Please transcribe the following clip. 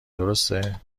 درسته